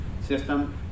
system